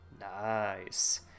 Nice